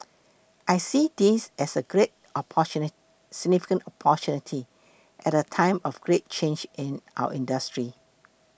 I see this as a significant opportunity at a time of great change in our industry